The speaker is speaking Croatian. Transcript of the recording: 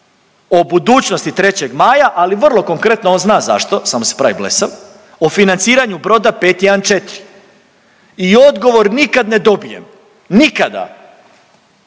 o budućnosti 3. Maja, ali vrlo konkretno, on zna zašto, samo se pravi blesav, o financiranju broda 514 i odgovor nikad ne dobijem, nikada,